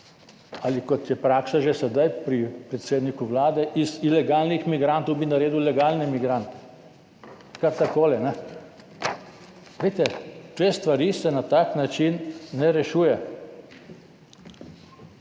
ali kot je praksa že sedaj pri predsedniku Vlade, iz ilegalnih migrantov bi naredil ilegalne migrante, kar tako. Teh stvari se na tak način ne rešuje!